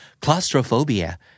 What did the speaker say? Claustrophobia